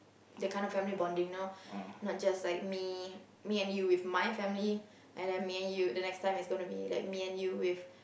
that kind of family bonding you know not just like me me and you with my family and then me and you and the next time is gonna be like me and you with